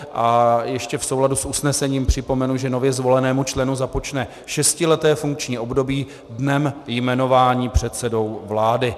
A ještě v souladu s usnesením připomenu, že nově zvolenému členu započne šestileté funkční období dnem jmenování předsedou vlády.